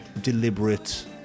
deliberate